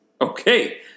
Okay